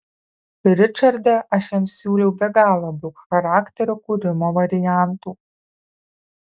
ričarde aš jam siūliau be galo daug charakterio kūrimo variantų